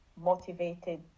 motivated